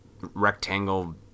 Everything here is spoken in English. rectangle